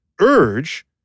urge